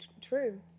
true